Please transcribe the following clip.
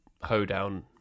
hoedown